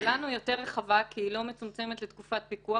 שלנו יותר רחבה, כי היא לא מצומצמת לתקופת הפיקוח.